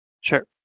Sure